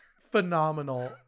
phenomenal